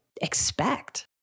expect